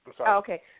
Okay